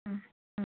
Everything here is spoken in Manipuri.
ꯎꯝ ꯎꯝ